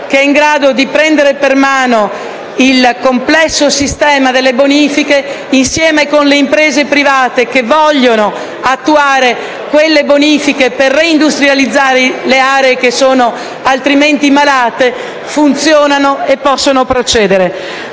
in grado di prendere per mano il complesso sistema delle bonifiche insieme con le imprese private che vogliono attuare quelle bonifiche per reindustrializzare aree altrimenti malate, i SIN funzionano e possono procedere.